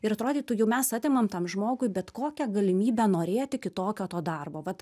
ir atrodytų jau mes atimam tam žmogui bet kokią galimybę norėti kitokio to darbo vat